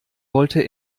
wollte